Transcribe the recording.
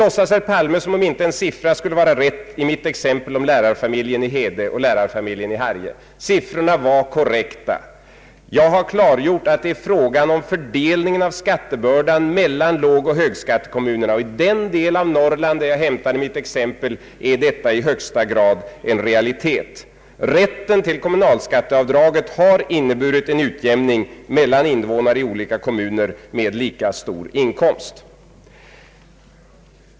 Herr Palme låtsades som om inte en enda siffra i mitt exempel om lärarfamiljen i Hede och lärarfamiljen i Harrie skulle vara rätt. Siffrorna var korrekta. Jag har klargjort att det är fråga om fördelningen av skattebördan mellan högoch lågskattekommunerna. För den del av Norrland varifrån jag hämtat mitt exempel är detta i högsta grad en realitet. Rätten till kommunalskatteavdraget har inneburit en utjämning mellan invånare i olika kommuner med lika stor inkomst.